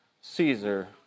Caesar